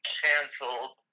canceled